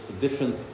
different